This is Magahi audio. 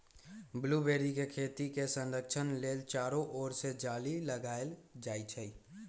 ब्लूबेरी के खेती के संरक्षण लेल चारो ओर से जाली लगाएल जाइ छै